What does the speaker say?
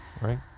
right